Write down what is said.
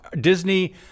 Disney